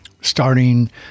Starting